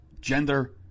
gender